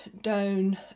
down